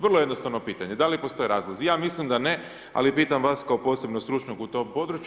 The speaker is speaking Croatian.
Vrlo jednostavno pitanje, da li postoje razlozi, ja mislim da ne ali pitam vas kao posebno stručnog u tom području.